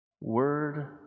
Word